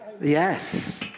Yes